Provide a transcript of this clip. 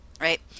right